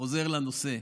אני חוזר לנושא.